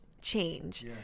change